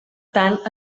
tant